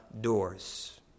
doors